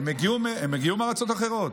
הם הגיעו מארצות אחרות.